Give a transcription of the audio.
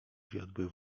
wiodły